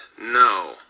no